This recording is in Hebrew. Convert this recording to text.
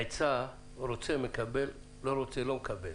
עצה לא חייבים לקבל.